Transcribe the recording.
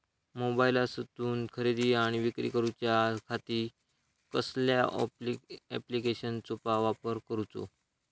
मोबाईलातसून खरेदी आणि विक्री करूच्या खाती कसल्या ॲप्लिकेशनाचो वापर करूचो?